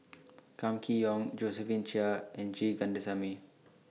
Kam Kee Yong Josephine Chia and G Kandasamy